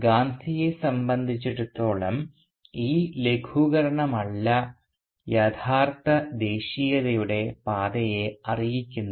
ഗാന്ധിയെ സംബന്ധിച്ചിടത്തോളം ഈ ലഘൂകരണമല്ല യഥാർത്ഥ ദേശീയതയുടെ പാതയെ അറിയിക്കുന്നത്